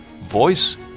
voice